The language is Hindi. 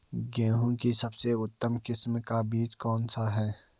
गेहूँ की सबसे उत्तम किस्म का बीज कौन सा होगा?